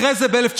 אחרי זה ב-1946,